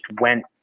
went